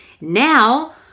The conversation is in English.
Now